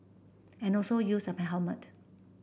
and also use a helmet